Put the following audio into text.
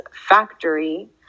factory